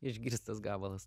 išgrįstas gabalas